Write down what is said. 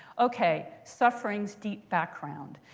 ok, suffering's deep background.